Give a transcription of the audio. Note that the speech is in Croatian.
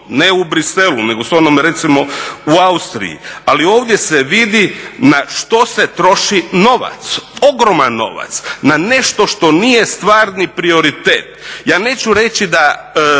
ne u Bruxellesu nego s onom recimo u Austriji. Ali ovdje se vidi na što se troši novac, ogroman novac, na nešto što nije stvarni prioritet. Ja neću reći da